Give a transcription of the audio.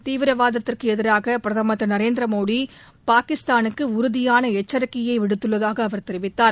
தீவிரவாதத்திற்கு எதிராக பிரதமர் திரு நரேந்திர மோடி பாகிஸ்தானுக்கு உறுதியான எச்சரிக்கையை விடுத்துள்ளதாக அவர் தெரிவித்தார்